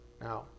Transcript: now